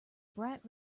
bright